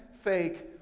fake